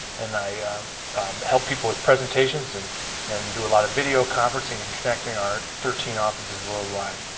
and i help people with presentations and and do a lot of video conferencing and connecting our thirteen offices worldwide.